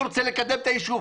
אני רוצה לקדם את היישוב.